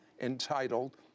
entitled